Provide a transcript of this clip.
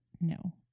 No